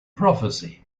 prophecy